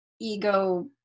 ego